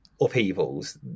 upheavals